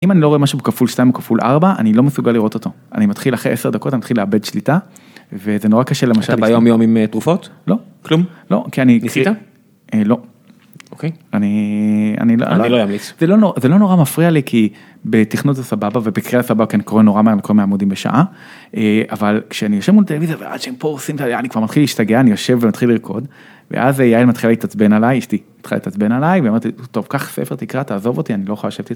אם אני לא רואה משהו בכפול שתיים, בכפול ארבע, אני לא מסוגל לראות אותו. אני מתחיל אחרי עשר דקות, אני מתחיל לאבד שליטה, וזה נורא קשה למשל. אתה ביום יום עם תרופות? לא? כלום? לא, כי אני... ניסית? לא. אוקיי. אני... אני לא אמיץ. זה לא נורא מפריע לי, כי בתכנות זה סבבה, ובקריאה סבבה כן קורה נורא מהמקום מהעמודים בשעה, אבל כשאני יושב מול טלוויזיה ועד שהם פה עושים את ה... אני כבר מתחיל להשתגע, אני יושב ומתחיל לרקוד, ואז יעל מתחיל להתעצבן עליי, אשתי התחילה להתעצבן עליי, ואמרתי, טוב, קח ספר תקרא, תעזוב אותי, אני לא יכול להשבת איתך.